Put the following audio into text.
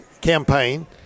campaign